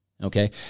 Okay